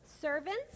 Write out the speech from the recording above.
servants